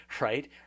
right